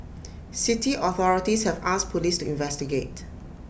city authorities have asked Police to investigate